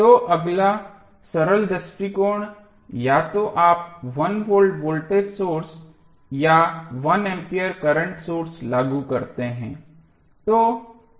तो अगला सरल दृष्टिकोण या तो आप 1 वोल्ट वोल्टेज सोर्स या 1 एम्पीयर करंट सोर्स लागू करते हैं